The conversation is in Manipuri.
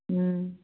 ꯎꯝ